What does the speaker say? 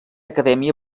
acadèmia